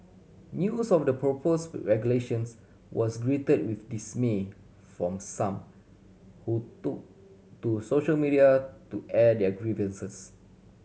news of the proposed regulations was greeted with dismay from some who took to social media to air their grievances